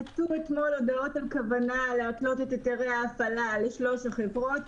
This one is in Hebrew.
יצאו אתמול הודעות על כוונה להתלות את היתרי ההפעלה לשלוש החברות.